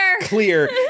Clear